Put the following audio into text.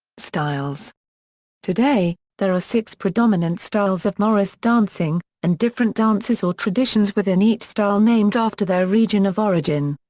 styles today, there are six predominant styles of morris dancing, and different dances or traditions within each style named after their region of origin.